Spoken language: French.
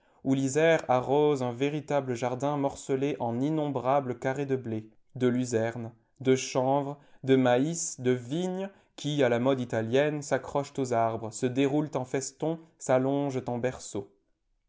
où l'isère arrose un véritable jardin morcelé en innombrables carrés de blé de luzerne de chanvre de maïs de vignes qui à la mode italienne s'accrochent aux arbres se déroulent en festons s'allongent en berceaux